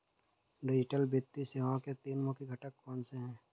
digital वित्तीय सेवाओं के तीन मुख्य घटक कौनसे हैं